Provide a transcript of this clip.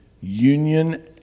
union